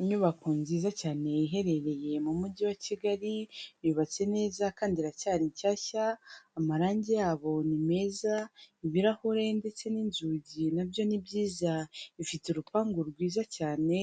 Inyubako nziza cyane iherereye mu mujyi wa Kigali, yubatse neza kandi iracyari nshyashya, amarangi yabo ni meza ibirahure ndetse n'inzugi nabyo ni byiza, ifite urupangu rwiza cyane,